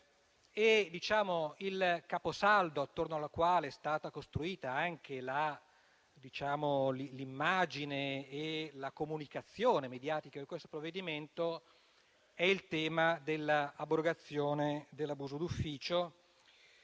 Il caposaldo attorno al quale sono state costruite l'immagine e la comunicazione mediatica di questo provvedimento è il tema dell'abrogazione dell'abuso d'ufficio,